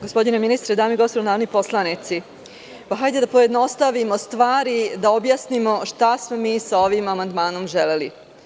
Gospodine ministre, dame i gospodo narodni poslanici, hajde da pojednostavimo stvari i da objasnimo šta smo mi sa ovim amandmanom želeli.